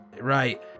Right